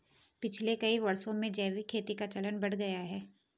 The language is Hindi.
पिछले कई वर्षों में जैविक खेती का चलन बढ़ गया है